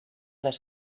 les